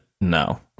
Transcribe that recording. no